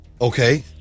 Okay